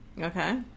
Okay